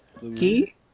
Key